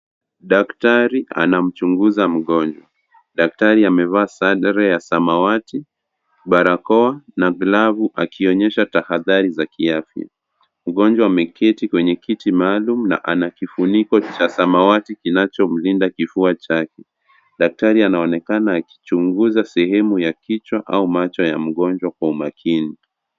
Daktari anamchnguza mgonjwa. Daktari amevaa sare ya samawati, barakoa na glavu akionyesha tahadhari za kiafya. Mgonjwa ameketi kwenye kiti maalum na ana kifuniko cha samawati kinachomlinda kifua chake. Daktari anaonekana akichunguza kichwa au macho ya mgonjwa kwa umakini.